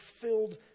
filled